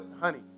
Honey